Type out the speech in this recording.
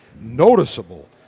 noticeable